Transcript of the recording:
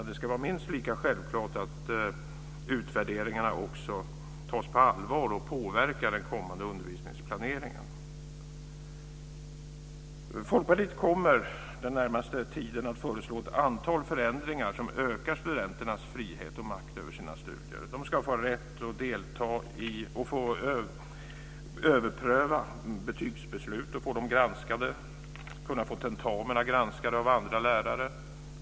Det ska vara minst lika självklart att utvärderingarna också tas på allvar och påverkar den kommande undervisningsplaneringen. Folkpartiet kommer den närmaste tiden att föreslå ett antal förändringar som ökar studenternas frihet och makt över sina studier. De ska få rätt att få betygsbeslut överprövade och granskade. De ska kunna få tentamina granskade av andra lärare.